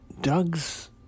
Doug's